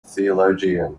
theologian